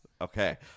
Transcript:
Okay